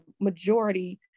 majority